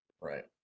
right